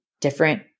different